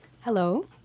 Hello